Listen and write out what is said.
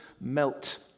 melt